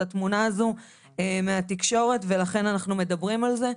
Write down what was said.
התמונה הזו מהתקשורת ולכן אנחנו מדברים על זה.